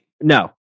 No